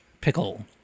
Pickle